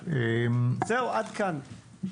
זהו, עד כאן.